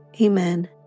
Amen